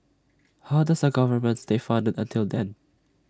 how does the government stay funded until then